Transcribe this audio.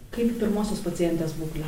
kaip pirmosios pacientės būklė